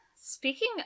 Speaking